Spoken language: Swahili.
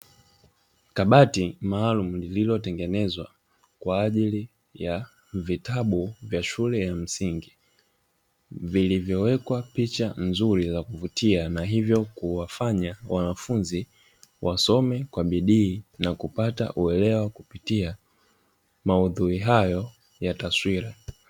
Kabati maalumu lililotengenezwa kwa ajili ya vitabu vya shule ya msingi vilivyowekwa picha nzuri za kuvutia, na hivyo kuwafanya wanafunzi wasome kwa bidii, na kupata uelewa kupitia maudhui hayo ya taswira.